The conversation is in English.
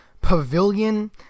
pavilion